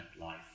life